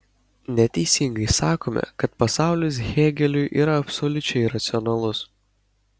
neteisingai sakome kad pasaulis hėgeliui yra absoliučiai racionalus